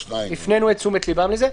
הפנינו את תשומת ליבם לזה.